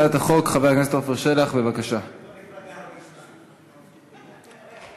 הצעת החוק עברה בקריאה ראשונה ותועבר לדיון להכנה לקריאה